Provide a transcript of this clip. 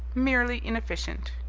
merely inefficient.